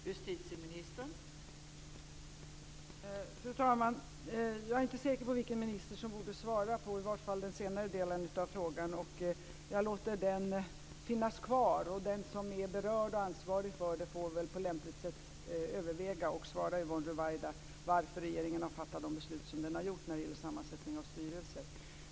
Fru talman! Jag är inte säker på vilken minister som borde svara på den senare delen av frågan. Jag låter den finnas kvar. Den som är berörd och ansvarig får på lämpligt sätt överväga att svara Yvonne Ruwaida på frågan om varför regeringen har fattat de beslut som den har gjort när det gäller sammansättning av styrelser.